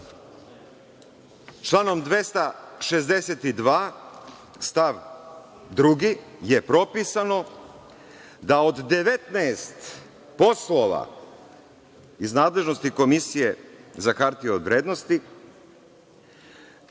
članom 262. stav 2. je propisano da od 19 poslova iz nadležnosti Komisije za hartije od vrednosti,